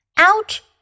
Ouch